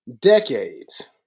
decades